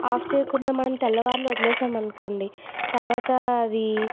of చేయకుండా మనం తెల్లవార్లూ వదిలేశాం అనుకోండి తర్వాత అది